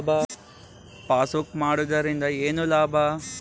Passbook ಮಾಡುದರಿಂದ ಏನು ಲಾಭ?